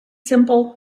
simple